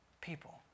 people